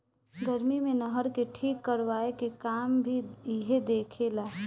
गर्मी मे नहर के ठीक करवाए के काम भी इहे देखे ला